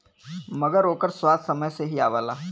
मगर ओकर स्वाद समय से ही आवला